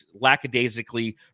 lackadaisically